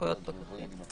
סמכויות פקחים).